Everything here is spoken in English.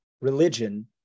religion